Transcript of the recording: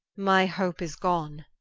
my hope is gone,